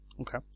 Okay